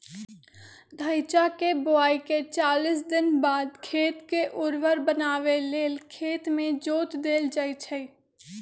धइचा के बोआइके चालीस दिनबाद खेत के उर्वर बनावे लेल खेत में जोत देल जइछइ